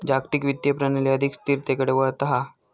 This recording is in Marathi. जागतिक वित्तीय प्रणाली अधिक स्थिरतेकडे वळता हा